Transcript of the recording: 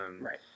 right